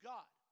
God